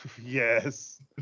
Yes